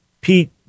Pete